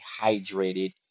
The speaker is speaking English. hydrated